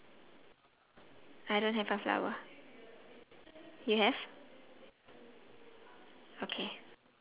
mm ya